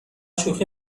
شوخی